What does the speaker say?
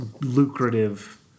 lucrative